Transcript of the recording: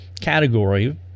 category